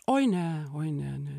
oi ne oi ne ne